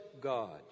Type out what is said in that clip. God